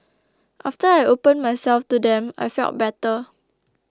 after I opened myself to them I felt better